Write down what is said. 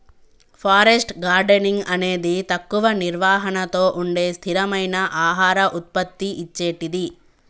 forest gardening అనేది తక్కువ నిర్వహణతో ఉండే స్థిరమైన ఆహార ఉత్పత్తి ఇచ్చేటిది